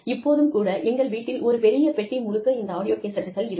இப்போதும் கூட எங்கள் வீட்டில் ஒரு பெரிய பெட்டி முழுக்க இந்த ஆடியோ கேசட்டுகள் இருக்கும்